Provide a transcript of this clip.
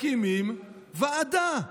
מקימים ועדה.